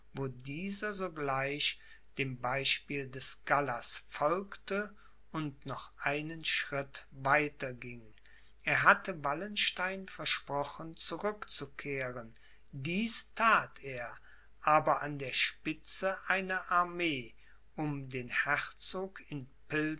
dieser sogleich dem beispiel des gallas folgte und noch einen schritt weiter ging er hatte wallenstein versprochen zurückzukehren dieses that er aber an der spitze einer armee um den herzog